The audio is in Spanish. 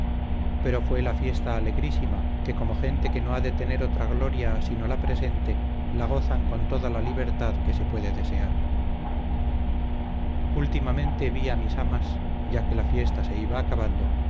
pero fue la fiesta alegrísima que como gente que no ha de tener otra gloria sino la presente la gozan con toda la libertad que se puede desear últimamente vi a mis amas ya que la fiesta se iba acabando